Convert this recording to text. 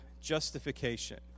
justification